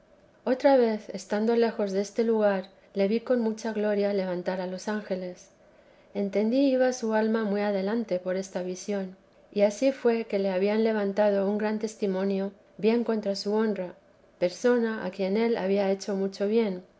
otra vez estando lejos deste lugar le vi con mucha gloria levantar a los ángeles entendí iba su alma muy adelante por esta visión y ansí fué que le habían levantado un gran testimonio bien contra su honra persona a quien él había hecho mucho bien